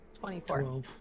Twenty-four